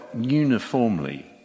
uniformly